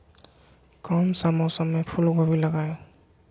कौन सा मौसम में फूलगोभी लगाए?